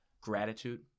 gratitude